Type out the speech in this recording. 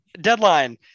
deadline